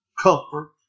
comfort